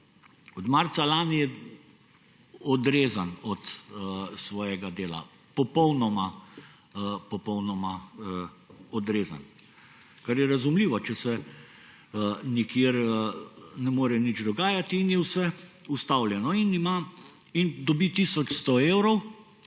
Od marca lani je odrezan od svojega dela, popolnoma odrezan, kar je razumljivo, če se nikjer ne more nič dogajati in je vse ustavljeno. Dobi tisoč 100 evrov,